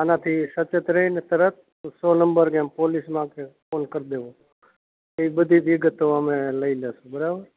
આનાથી સચેત રહીને તરત સો નંબર કે એમ પોલીસમાં ફોન કરી દેવો એ બધી વિગતો અમે લઈ લઈશું બરાબર